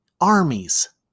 armies